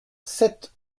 sept